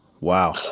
Wow